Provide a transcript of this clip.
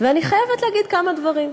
ואני חייבת להגיד כמה דברים.